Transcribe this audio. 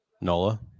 Nola